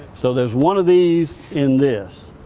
so there's one of these in this,